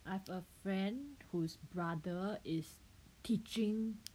I have a friend whose brother is teaching